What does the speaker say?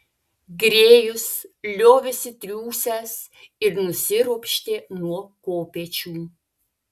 grėjus liovėsi triūsęs ir nusiropštė nuo kopėčių